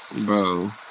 Bro